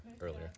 earlier